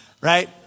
Right